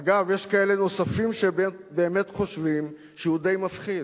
אגב, יש כאלה נוספים שבאמת חושבים שהוא די מפחיד.